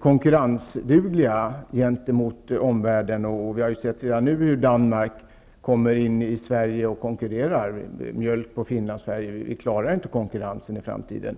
konkurrensdugligt gentemot omvärlden. Vi har redan sett hur Danmark har börjat konkurrera i Sverige. Vi klarar inte konkurrensen i framtiden.